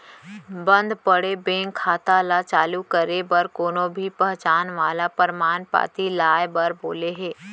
बंद पड़े बेंक खाता ल चालू करे बर कोनो भी पहचान वाला परमान पाती लाए बर बोले हे